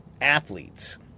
athletes